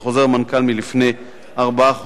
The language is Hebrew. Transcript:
זה חוזר מנכ"ל מלפני ארבעה חודשים,